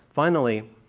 finally